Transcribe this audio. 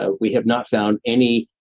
ah we have not found any